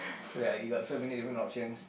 ya you got so many different options